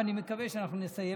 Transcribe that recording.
ואני מקווה שנסיים את החוק.